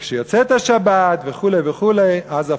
וכשיוצאת השבת וכו' וכו', אז הפוך.